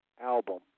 album